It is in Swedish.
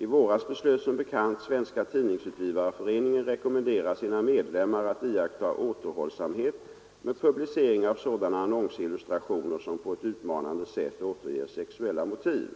I våras beslöt som bekant Svenska tidningsutgivareföreningen att rekommendera sina medlemmar att iaktta återhållsamhet med publicering av sådana annonsillustrationer som på ett utmanande sätt återger sexuella motiv.